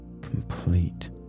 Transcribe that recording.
complete